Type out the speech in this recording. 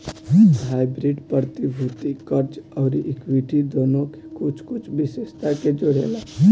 hybrid प्रतिभूति, कर्ज अउरी इक्विटी दुनो के कुछ कुछ विशेषता के जोड़ेला